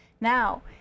Now